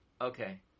Okay